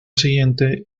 siguiente